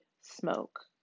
smoke